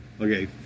Okay